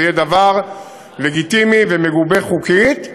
זה יהיה דבר לגיטימי ומגובה חוקית,